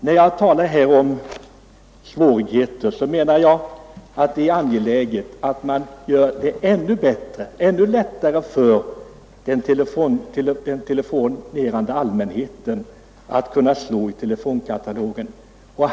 När jag här talar om svårigheter, menar jag att det är angeläget att man gör det ännu lättare för den telefonerande allmänheten att kunna slå i telefonkatalogen.